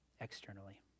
externally